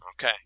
Okay